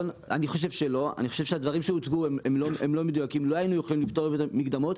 אני חושב שלא היינו יכולים לפטור אותם ממקדמות.